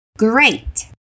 Great